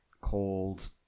called